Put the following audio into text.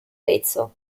arezzo